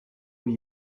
will